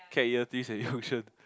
cap year three solution